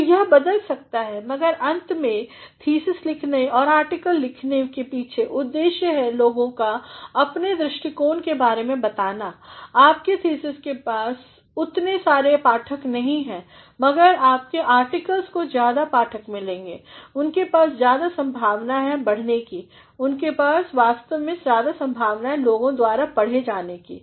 तो यह बदल सकता है मगर अंत में थीसिस लिखने और आर्टिकल लिखने के पीछे उद्देश्य है लोगों को अपने दृष्टिकोण के बारे में बताना आपके थीसिस के पास उतने सारे पाठक नहीं हैं मगर आपके आर्टिकल्स को ज़्यादे पाठक मिलेंगे उनके पास ज़्यादा संभावना है बढ़ने की उनके पास वास्तव में ज़्यादि संभावना है लोगों द्वारा पढ़े जाने की